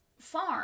farm